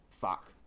fuck